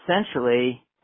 essentially